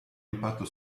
impatto